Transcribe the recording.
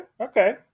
okay